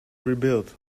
rebuilt